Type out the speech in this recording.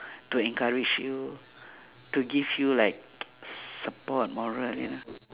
to encourage you to give you like support morally lah